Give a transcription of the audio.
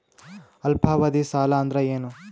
ಅಲ್ಪಾವಧಿ ಸಾಲ ಅಂದ್ರ ಏನು?